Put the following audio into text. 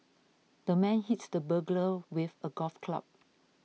the man hit the burglar with a golf club